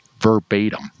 verbatim